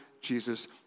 Jesus